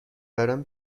برام